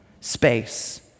space